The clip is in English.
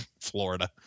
Florida